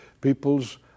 people's